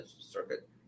circuit